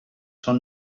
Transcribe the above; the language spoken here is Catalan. són